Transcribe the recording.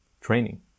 Training